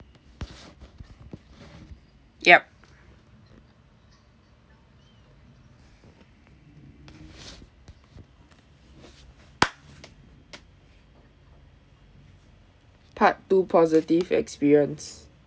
yup part two positive experience